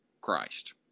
Christ